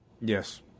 Yes